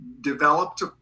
developed